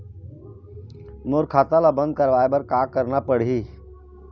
मोर खाता ला बंद करवाए बर का करना पड़ही?